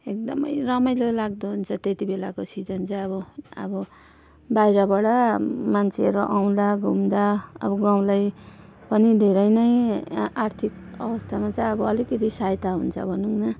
एकदमै रमाइलो लाग्दो हुन्छ त्यतिबेलाको सिजन चाहिँ अब अब बाहिरबाट मान्छेहरू आउँला घुम्दा अब गाउँलाई पनि धेरै नै आ आर्थिक अवस्थामा चाहिँ अब अलिकति सहायता हुन्छ भनौँ न